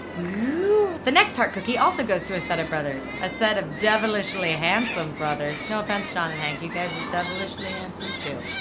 the next hart cookie also goes to a set of brothers. a set of devilishly handsome brothers. no offense john and hank, you guys are devilishly handsome too,